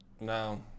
No